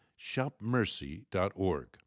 shopmercy.org